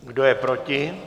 Kdo je proti?